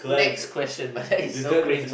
next question man is so cringy